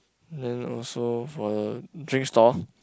then also for the drinks store